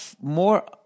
more